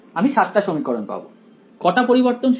আমি 7 টা সমীকরণ পাব কটা পরিবর্তনশীল এ